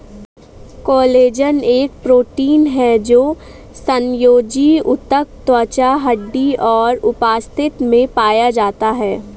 collagen एक protein है जो संयोजी ऊतक, त्वचा, हड्डी और उपास्थि में पाया जाता है